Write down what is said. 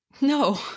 No